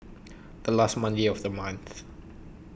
The last Monday of The month